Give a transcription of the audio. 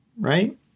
Right